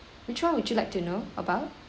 which one would you like to know about